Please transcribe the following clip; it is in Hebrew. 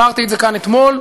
אמרתי את זה כאן אתמול,